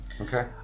Okay